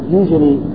usually